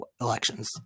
elections